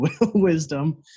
wisdom